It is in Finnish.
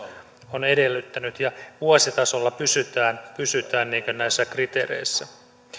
on edellyttänyt ja vuositasolla pysytään pysytään näissä kriteereissä